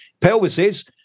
Pelvises